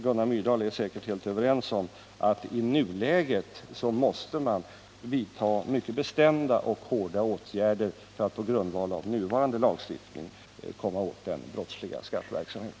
Gunnar Myrdal håller helt säkert med om att man i nuläget måste vidta mycket bestämda och hårda åtgärder för att på grundval av nuvarande lagstiftning komma åt den brottsliga skatteverksamheten.